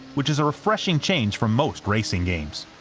which is a refreshing change from most racing games.